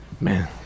Man